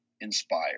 inspired